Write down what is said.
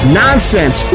nonsense